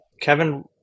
kevin